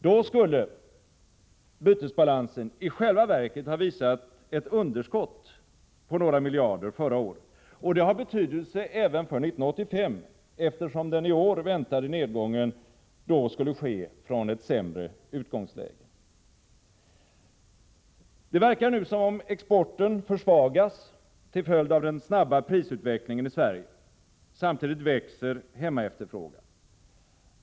Då skulle bytesbalansen i själva verket ha visat ett underskott på några miljarder förra året, och det har betydelse även för 1985, eftersom den i år väntade nedgången i så fall skulle ske från ett sämre utgångsläge. Det verkar nu som om exporten försvagas till följd av den snabba prisutvecklingen i Sverige. Samtidigt växer hemmaefterfrågan.